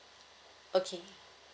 okay